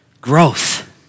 growth